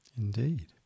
indeed